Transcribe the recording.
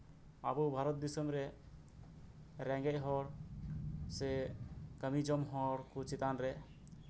ᱟᱵᱩ ᱵᱷᱟᱨᱚᱛ ᱫᱤᱥᱚᱢ ᱨᱮ ᱨᱮᱸᱜᱮᱡ ᱦᱚᱲ ᱥᱮ ᱠᱟᱹᱢᱤ ᱡᱚᱝ ᱦᱚᱲ ᱠᱩ ᱪᱮᱛᱟᱱ ᱨᱮ